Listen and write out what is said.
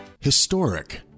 Historic